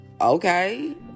okay